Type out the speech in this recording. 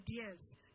ideas